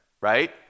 right